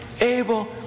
Abel